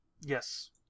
Yes